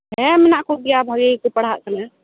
ᱦᱮᱸ ᱢᱮᱱᱟᱜ ᱠᱚᱜᱮᱭᱟ ᱵᱷᱟᱹᱜᱤ ᱜᱮᱠᱚ ᱯᱟᱲᱦᱟᱜ ᱠᱟᱱᱟ